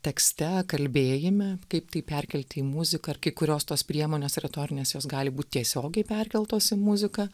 tekste kalbėjime kaip tai perkelti į muziką ir kai kurios tos priemonės retorinės jos gali būt tiesiogiai perkeltos į muziką